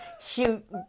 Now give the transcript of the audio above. shoot